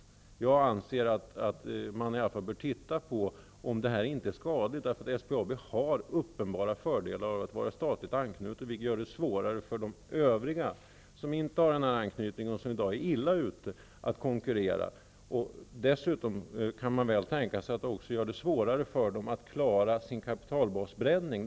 Jag anser att man bör titta på om detta inte är skadligt. SPAB har uppenbara fördelar av att vara statligt anknutet. Det gör det svårare för de övriga, som inte har den anknytningen, att konkurrera. De är illa ute i dag. Dessutom kan man tänka sig att detta gör det svårare för dem att klara sin kapitalbasbreddning.